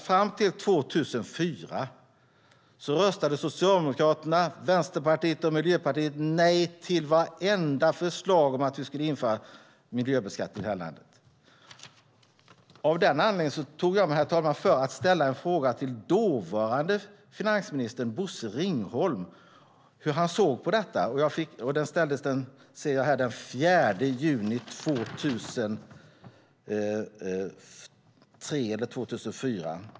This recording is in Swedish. Fram till 2004 röstade Socialdemokraterna, Vänsterpartiet och Miljöpartiet nej till vartenda förslag om att vi skulle införa miljöbeskattning i det här landet. Av denna anledning, herr talman, tog jag mig för att ställa en fråga till dåvarande finansministern Bosse Ringholm om hur han såg på detta. Frågan ställdes den 4 juni 2003 eller 2004.